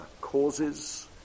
causes